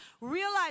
Realize